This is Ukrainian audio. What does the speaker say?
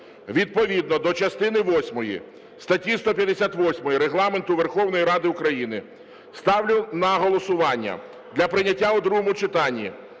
Відповідно до частини восьмої статті 158 Регламенту Верховної Ради України ставлю на голосування для прийняття у другому читанні